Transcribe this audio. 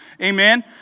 Amen